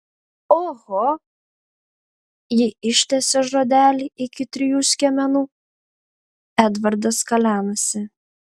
oho ji ištęsė žodelį iki trijų skiemenų edvardas kalenasi